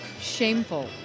shameful